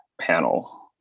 panel